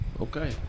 Okay